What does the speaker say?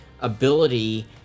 ability